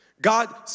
God